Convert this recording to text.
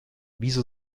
wieso